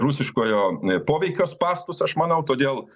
rusiškojo poveikio spąstus aš manau todėl